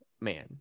man